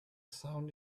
sounds